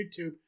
YouTube